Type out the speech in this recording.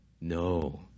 No